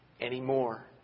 anymore